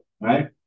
right